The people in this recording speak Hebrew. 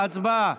הצבעה.